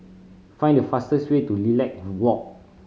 find the fastest way to Lilac Walk